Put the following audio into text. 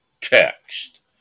text